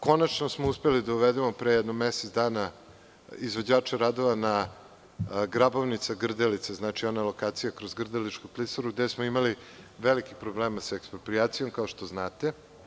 Konačno smo uspeli da uvedemo pre nekih mesec dana izvođače radova na Grabovnica-Grdelica, ona lokacija kroz Grdeličku klisuru, gde smo imali velikih problema sa eksproprijacijom, kao što znate.